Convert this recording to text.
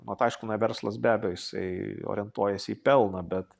mat aišku na verslas be abejo jisai orientuojasi į pelną bet